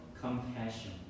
compassion